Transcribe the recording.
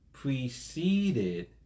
preceded